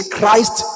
Christ